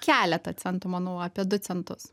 keletą centų manau apie du centus